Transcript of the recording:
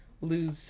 lose